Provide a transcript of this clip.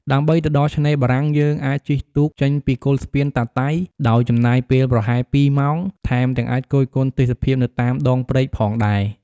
ដើម្បីទៅដល់ឆ្នេរបារាំងយើងអាចជិះទូកចេញពីគល់ស្ពានតាតៃ ដោយចំណាយពេលប្រហែល២ម៉ោង ថែមទាំងអាចគយគន់ទេសភាពនៅតាមដងព្រែកផងដែរ។